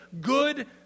good